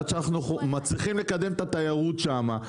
עד שאנחנו מצליחים לקדם את התיירות שם,